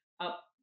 up